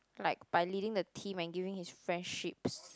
like by leading the team and giving his friendships